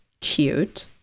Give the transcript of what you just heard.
Cute